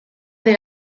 the